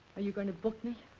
are you going to book me?